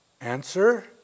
Answer